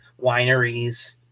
wineries